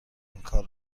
اینکار